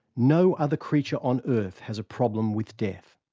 no other creature on earth has a problem with death.